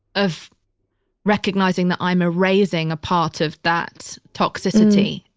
of recognizing that i'm erasing a part of that toxicity.